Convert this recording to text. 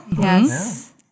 Yes